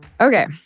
Okay